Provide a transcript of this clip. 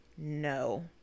No